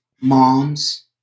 moms